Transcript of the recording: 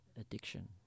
addiction